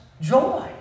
joy